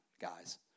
guys